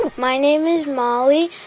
my name is mollie.